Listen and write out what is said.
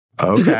Okay